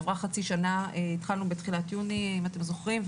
עברה חצי שנה התחלנו בתחילת יוני אם אתם זוכרים,